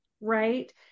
right